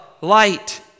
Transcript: light